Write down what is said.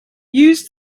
use